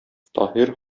таһир